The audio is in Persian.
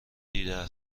دیده